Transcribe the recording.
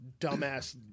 dumbass